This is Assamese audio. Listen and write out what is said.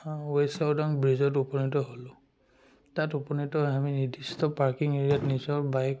ৱেচাওডাং ব্ৰিজত উপনীত হ'লোঁ তাত উপনীত হৈ আমি নিৰ্দিষ্ট পাৰ্কিং এৰিয়াত নিজৰ বাইক